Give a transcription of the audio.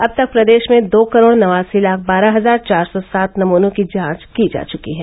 अब तक प्रदेश में दो करोड़ नवासी लाख बारह हजार चार सौ सात नमूनों की जांच की जा चुकी है